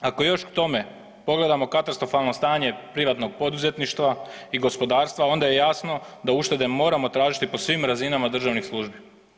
Ako još k tome pogledamo katastrofalno stanje privatnog poduzetništva i gospodarstva, onda je jasno da uštede moramo tražiti po svim razinama državnih službi.